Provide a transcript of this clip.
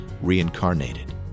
reincarnated